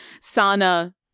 sana